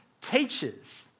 teachers